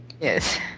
Yes